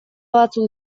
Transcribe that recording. batzuk